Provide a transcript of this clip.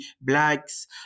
Blacks